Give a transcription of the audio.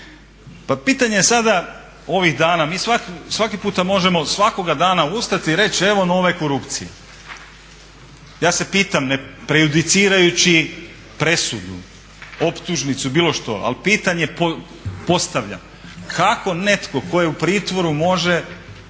Pa pitanje je sada ovih dana, mi svaki puta možemo svakoga dana ustati i reći evo nove korupcije. Ja se pitam ne prejudicirajući presudu optužnicu, bilo što ali pitanje postavljam kako netko tko je u pritvoru može